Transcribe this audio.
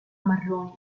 marroni